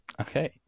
Okay